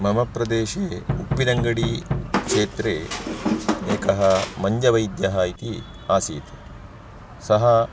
मम प्रदेशे उप्पिनङ्गडि क्षेत्रे एकः मञ्जवैद्यः इति आसीत् सः